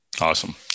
Awesome